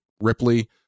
Ripley